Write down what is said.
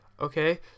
okay